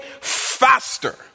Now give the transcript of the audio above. faster